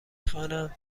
خوانم